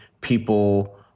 people